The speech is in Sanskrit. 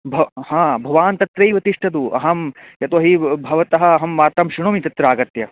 भव् हा भवान् तत्रैव तिष्ठतु अहं यतो हि ब् भवतः अहं वार्तां श्रुणोमि तत्र आगत्य